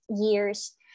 years